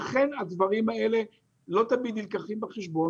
לכן הדברים האלה לא תמיד נלקחים בחשבון.